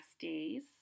days